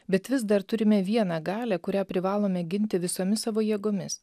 bet vis dar turime vieną galią kurią privalome ginti visomis savo jėgomis